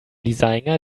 designer